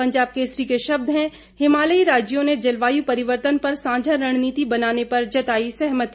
पंजाब केसरी के शब्द हैं हिमालयी राज्यों ने जलवायू परिवर्तन पर सांझा रणनीति बनाने पर जताई सहमति